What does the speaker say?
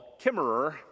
Kimmerer